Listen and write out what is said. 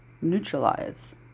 neutralize